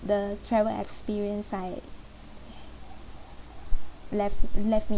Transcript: the travel experience I left left me